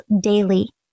daily